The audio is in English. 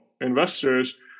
investors